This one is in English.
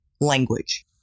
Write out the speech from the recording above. language